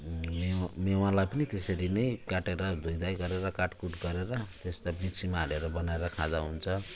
मेवा मेवालाई पनि त्यसरी नै काटेर धुइ धाइ गरेर काटेर काट कुट गरेर त्यसलाई मिक्सीमा हालेर बनाएर खाँदा हुन्छ